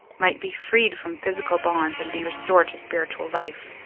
might be freed from physical bonds and be restored to spiritual life.